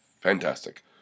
fantastic